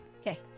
Okay